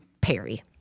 Perry